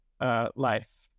life